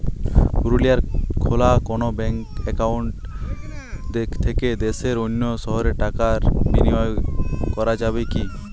পুরুলিয়ায় খোলা কোনো ব্যাঙ্ক অ্যাকাউন্ট থেকে দেশের অন্য শহরে টাকার বিনিময় করা যাবে কি?